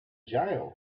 jail